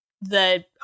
the-